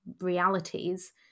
realities